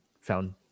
found